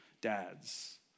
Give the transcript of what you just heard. dads